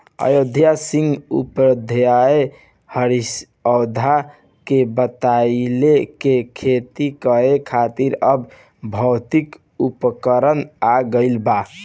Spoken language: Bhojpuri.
अयोध्या सिंह उपाध्याय हरिऔध के बतइले कि खेती करे खातिर अब भौतिक उपकरण आ गइल बा